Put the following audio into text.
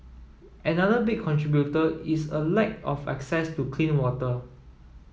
another big contributor is a lack of access to clean water